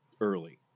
early